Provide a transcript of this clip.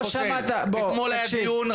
אתמול היה דיון,